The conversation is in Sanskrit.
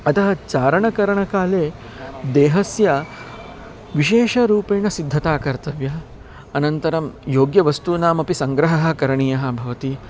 अतः चारणकरणकाले देहस्य विशेषरूपेण सिद्धता कर्तव्या अनन्तरं योग्यवस्तूनामपि सङ्ग्रहः करणीयः भवति